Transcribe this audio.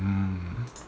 mm